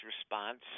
response